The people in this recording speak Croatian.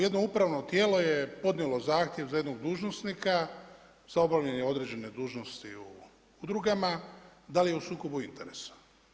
Jedno upravno tijelo je podnijelo zahtjev za jednog dužnosnika za obavljanje određene dužnosti u udrugama, da li je u sukobu interesa.